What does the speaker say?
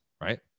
right